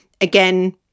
again